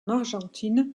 argentine